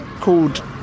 called